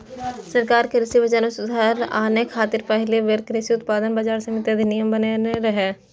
सरकार कृषि बाजार मे सुधार आने खातिर पहिल बेर कृषि उत्पाद बाजार समिति अधिनियम बनेने रहै